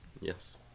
Yes